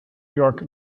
york